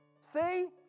See